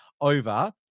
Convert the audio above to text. over